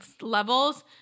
levels